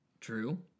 True